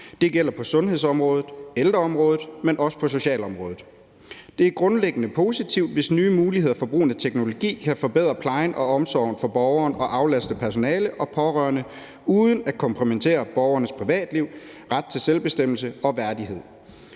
Det gælder på sundhedsområdet og ældreområdet, men også på socialområdet. Det er grundlæggende positivt, hvis nye muligheder for brugen af teknologi kan forbedre plejen og omsorgen for borgerne og aflaste personale og pårørende uden at kompromittere borgernes privatliv, ret til selvbestemmelse og værdighed.